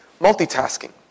Multitasking